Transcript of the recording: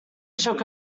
shook